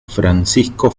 francisco